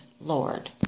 lord